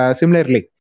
similarly